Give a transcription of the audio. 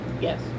yes